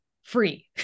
free